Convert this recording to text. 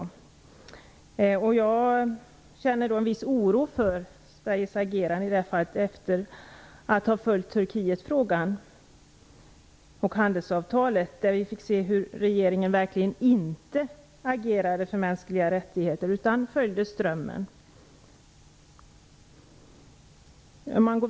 Efter att ha följt frågan om Turkiet och handelsavtalet känner jag en viss oro för Sveriges agerande. Vi fick där se hur regeringen inte agerade för mänskliga rättigheter utan följde strömmen.